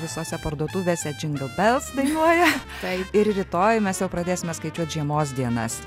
visose parduotuvėse džingel bels dainuoja taip ir rytoj mes jau pradėsime skaičiuoti žiemos dienas